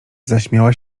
zaśmiała